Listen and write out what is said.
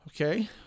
Okay